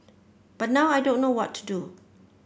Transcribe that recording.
but now I don't know what to do